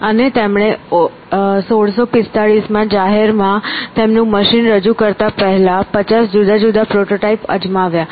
અને તેમણે 1645 માં જાહેરમાં તેમનું મશીન રજૂ કરતા પહેલા 50 જુદા જુદા પ્રોટોટાઇપ અજમાવ્યા